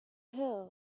hill